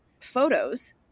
photos